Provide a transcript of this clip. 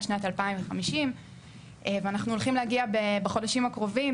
עד שנת 2050 ואנחנו הולכים להגיע בחודשים הקרובים,